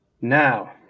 Now